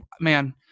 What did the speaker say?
man